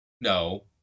No